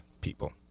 people